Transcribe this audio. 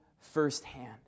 firsthand